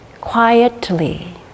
quietly